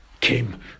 came